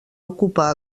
ocupar